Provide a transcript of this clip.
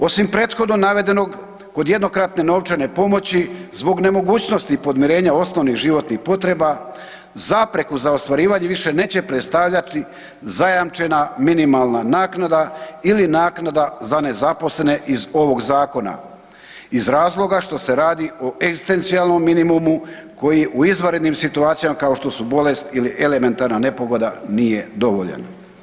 Osim prethodno navedenog, od jednokratne novčane pomoći, zbog nemogućnosti podmirenja osnovnih životnih potreba, zapreku za ostvarivanje više neće predstavljati zajamčena minimalna naknada ili naknada za nezaposlene iz ovog zakona iz razloga što se radi o egzistencijalnom minimumu koji u izvanrednim situacijama kao što su bolest ili elementarna nepogoda, nije dovoljan.